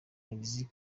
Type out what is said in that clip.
nibwo